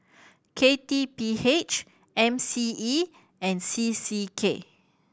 K T P H M C E and C C K